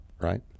right